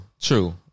true